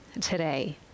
today